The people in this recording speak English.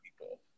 people